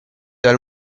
dal